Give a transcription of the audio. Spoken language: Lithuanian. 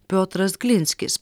piotras glinskis